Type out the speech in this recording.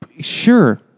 Sure